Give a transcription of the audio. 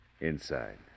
Inside